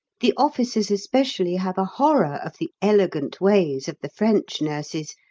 the officers especially have a horror of the elegant ways of the french nurses,